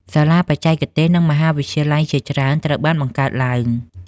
សាលាបច្ចេកទេស និងមហាវិទ្យាល័យជាច្រើនត្រូវបានបង្កើតឡើង។